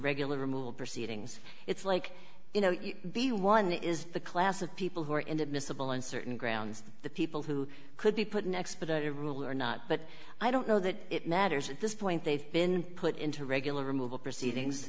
regular removal proceedings it's like you know the one is the class of people who are in the miscible uncertain grounds the people who could be put in expedite rule or not but i don't know that it matters at this point they've been put into regular removal proceedings